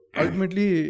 ultimately